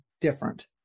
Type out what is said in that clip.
different